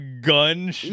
gun